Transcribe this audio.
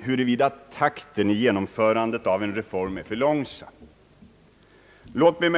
huruvida takten vid genomförandet av en reform är för långsam eller ej.